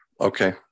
Okay